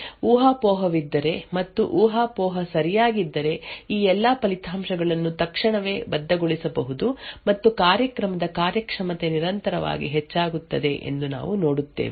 ಹಾಗಾಗಿ ಊಹಾಪೋಹವಿದ್ದರೆ ಮತ್ತು ಊಹಾಪೋಹ ಸರಿಯಾಗಿದ್ದರೆ ಈ ಎಲ್ಲಾ ಫಲಿತಾಂಶಗಳನ್ನು ತಕ್ಷಣವೇ ಬದ್ಧಗೊಳಿಸಬಹುದು ಮತ್ತು ಕಾರ್ಯಕ್ರಮದ ಕಾರ್ಯಕ್ಷಮತೆ ನಿರಂತರವಾಗಿ ಹೆಚ್ಚಾಗುತ್ತದೆ ಎಂದು ನಾವು ನೋಡುತ್ತೇವೆ